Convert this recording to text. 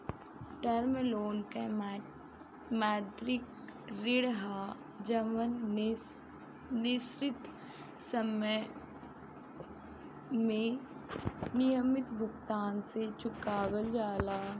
term loan के मौद्रिक ऋण ह जवन निश्चित समय में नियमित भुगतान से चुकावल जाला